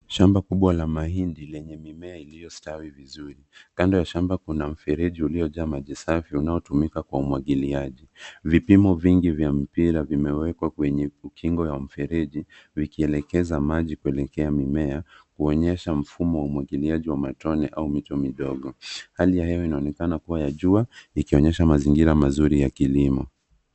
Shamba kubwa la mahindi lenye mimea iliyostawi vizuri kando ya shamba kuna mfereji iliyoja maji safi unaotumika kwa umwagiliaji vipimo vingi vya mpira vimewekwa kwenye ukingo ya mfereji vikielekeza maji kuelekea mimea kuonyesha mfumo wa umwagiliaji wa matone au mito midogo hali ya hewa inaonekana kuwa ya jua ikionyesha mazingira mazuri ya kilimo